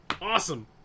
Awesome